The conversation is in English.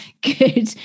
Good